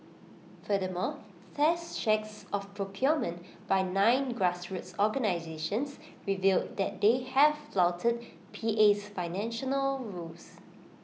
furthermore test checks of procurement by nine grassroots organisations revealed that they have flouted PA's financial rules